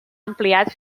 ampliat